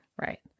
Right